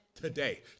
today